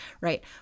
right